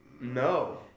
No